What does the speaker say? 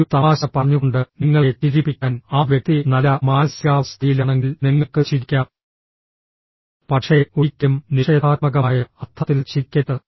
ഒരു തമാശ പറഞ്ഞുകൊണ്ട് നിങ്ങളെ ചിരിപ്പിക്കാൻ ആ വ്യക്തി നല്ല മാനസികാവസ്ഥയിലാണെങ്കിൽ നിങ്ങൾക്ക് ചിരിക്കാം പക്ഷേ ഒരിക്കലും നിഷേധാത്മകമായ അർത്ഥത്തിൽ ചിരിക്കരുത്